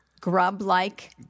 grub-like